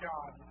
God